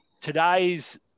today's